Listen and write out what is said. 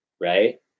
right